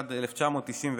התשנ"ד 1994,